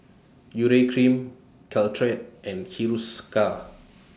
Urea Cream Caltrate and Hiruscar